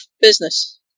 business